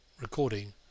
Recording